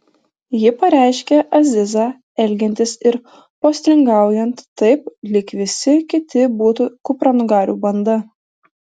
ji pareiškė azizą elgiantis ir postringaujant taip lyg visi kiti būtų kupranugarių banda